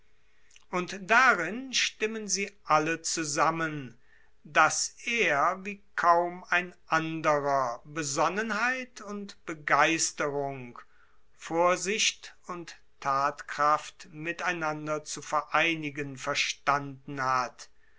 und darin stimmen sie alle zusammen dass er wie kaum ein anderer besonnenheit und begeisterung vorsicht und tatkraft miteinander zu vereinigen verstanden hat